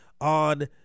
on